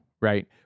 right